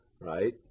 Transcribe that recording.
right